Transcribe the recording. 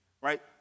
right